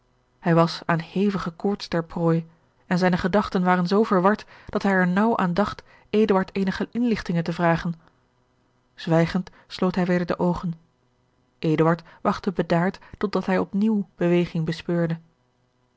hij was aan hevige koorts ter prooi en zijne gedachten waren zoo verward dat hij er naauw aan dacht eduard eenige inlichtingen te vragen zwijgend sloot hij weder de oogen eduard wachtte bedaard tot dat hij op nieuw beweging bespeurde